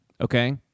okay